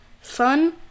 fun